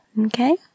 okay